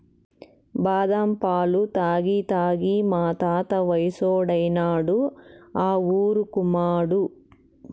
బాదం పాలు తాగి తాగి మా తాత వయసోడైనాడు ఆ ఊరుకుమాడు